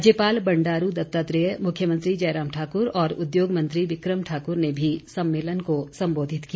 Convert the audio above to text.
राज्यपाल बंडारू दत्तात्रेय मुख्यमंत्री जयराम ठाकुर और उद्योग मंत्री विकम ठाकुर ने भी सम्मेलन को संबोधित किया